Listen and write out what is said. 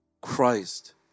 Christ